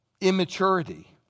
Immaturity